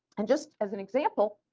and just as an example,